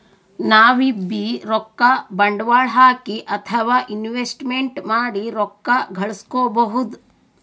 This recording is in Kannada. ನಾವ್ಬೀ ರೊಕ್ಕ ಬಂಡ್ವಾಳ್ ಹಾಕಿ ಅಥವಾ ಇನ್ವೆಸ್ಟ್ಮೆಂಟ್ ಮಾಡಿ ರೊಕ್ಕ ಘಳಸ್ಕೊಬಹುದ್